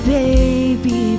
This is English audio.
baby